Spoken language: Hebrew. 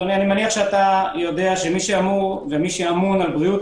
אני מניח שאתה יודע שמי שאמון על בריאות